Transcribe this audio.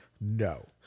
no